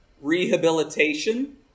rehabilitation